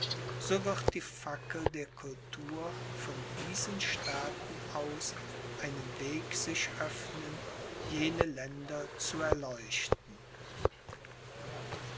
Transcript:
so wird die fackel der cultur von diesen staaten aus einen weg sich öffnen jene länder zu erleuchten